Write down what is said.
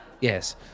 Yes